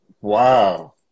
Wow